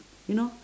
you know